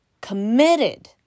committed